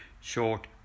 Short